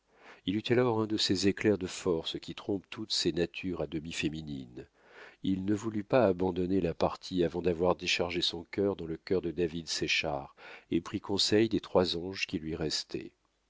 il eut alors un de ces éclairs de force qui trompent toutes ces natures à demi féminines il ne voulut pas abandonner la partie avant d'avoir déchargé son cœur dans le cœur de david séchard et pris conseil des trois anges qui lui restaient